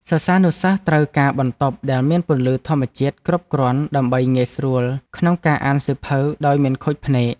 សិស្សានុសិស្សត្រូវការបន្ទប់ដែលមានពន្លឺធម្មជាតិគ្រប់គ្រាន់ដើម្បីងាយស្រួលក្នុងការអានសៀវភៅដោយមិនខូចភ្នែក។